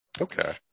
Okay